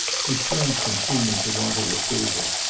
he shrank from seeming to want her approval,